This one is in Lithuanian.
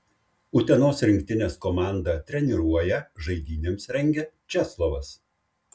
utenos rinktinės komandą treniruoja žaidynėms rengia česlovas